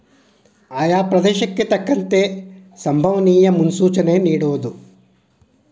ಆಯಾ ಪ್ರದೇಶಕ್ಕೆ ತಕ್ಕಂತೆ ಸಂಬವನಿಯ ಮುನ್ಸೂಚನೆ ನಿಡುವುದು